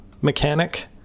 mechanic